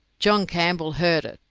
john campbell heard it,